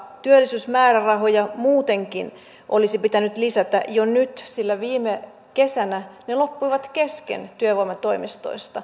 työllisyysmäärärahoja muutenkin olisi pitänyt lisätä jo nyt sillä viime kesänä ne loppuivat kesken työvoimatoimistoista